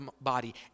body